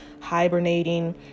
hibernating